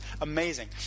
amazing